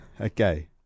Okay